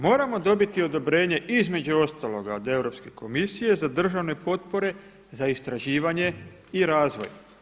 Moramo dobiti odobrenje između ostaloga od Europske komisije za državne potpore za istraživanje i razvoj.